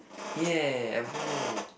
ya